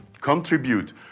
contribute